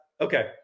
Okay